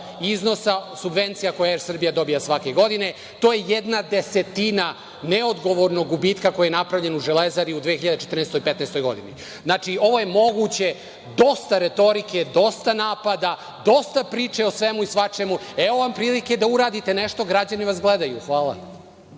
iznosa od subvencije koje „Er Srbija“ dobija svake godine. To je jedna desetina neodgovornog gubitka koji je napravljen u Železari u 2014-2015. godini. Ovo je moguće. Dosta retorike, dosta napada, dosta priče o svemu i svačemu. Evo vam prilike da uradite nešto, građani vas gledaju. Hvala.